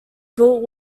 built